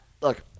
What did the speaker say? look